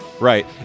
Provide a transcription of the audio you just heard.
Right